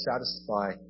satisfy